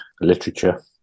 literature